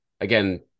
again